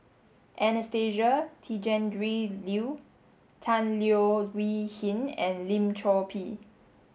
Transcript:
Anastasia Tjendri Liew Tan Leo Wee Hin and Lim Chor Pee